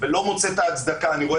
לא בנוסח כמו שהוא עבר